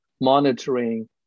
monitoring